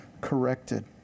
corrected